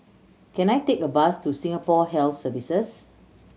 can I take a bus to Singapore Health Services